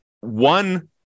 one